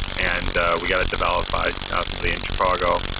and we got it developed by ah somebody in chicago.